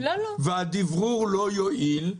והדברור לא יועיל,